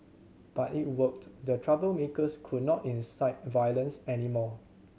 but it worked the troublemakers could not incite violence anymore